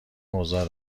اوضاع